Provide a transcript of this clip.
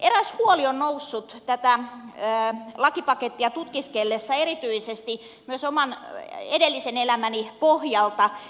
eräs huoli on noussut tätä lakipakettia tutkiskellessa erityisesti myös oman edellisen elämäni pohjalta